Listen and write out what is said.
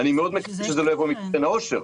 אני מאוד מקווה שזה לא יבוא מקרן העושר,